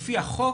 לפי החוק